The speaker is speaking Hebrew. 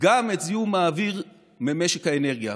גם את זיהום האוויר ממשק התחבורה.